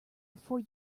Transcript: before